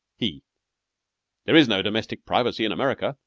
he there is no domestic privacy in america.